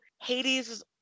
Hades